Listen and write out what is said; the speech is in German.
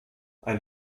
ein